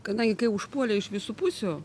kadangi kai užpuolė iš visų pusių